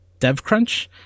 DevCrunch